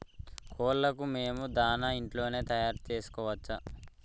కోళ్లకు మేము దాణా ఇంట్లోనే తయారు చేసుకోవచ్చా?